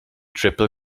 triple